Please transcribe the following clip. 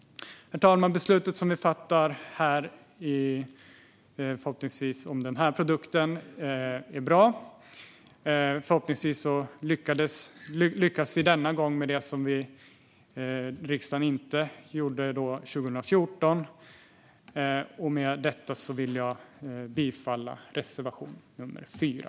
Herr talman! Det beslut som vi ska fatta om denna produkt är bra. Förhoppningsvis lyckas vi denna gång med det riksdagen inte lyckades med 2014. Med detta yrkar jag bifall till reservation nr 4.